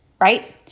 right